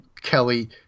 Kelly